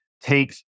take